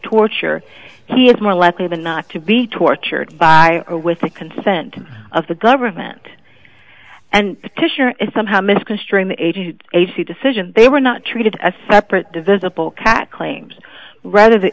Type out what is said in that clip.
torture he is more likely than not to be tortured by or with the consent of the government and tissue or is somehow misconstruing the agency decision they were not treated as separate divisible cat claims rather the